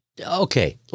Okay